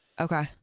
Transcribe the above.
Okay